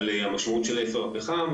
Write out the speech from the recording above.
על המשמעות של אפר הפחם,